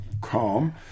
calm